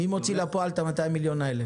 מי מוציא לפועל את 200 המיליון האלה?